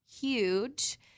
Huge